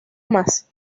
más